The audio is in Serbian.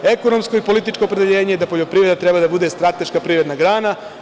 Ekonomsko i političko opredeljenje je da poljoprivreda treba da bude strateška privredna grana.